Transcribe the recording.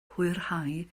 hwyrhau